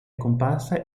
comparsa